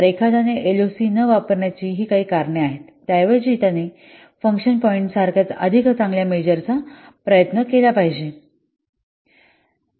तर एखाद्याने एलओसी न वापरण्याची ही काही कारणे आहेत त्याऐवजी त्याने एखाद्या फंक्शन पॉईंटसारख्या अधिक चांगल्या मेजर चा प्रयत्न केला पाहिजे